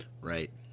Right